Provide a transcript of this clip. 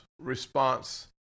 response